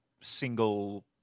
single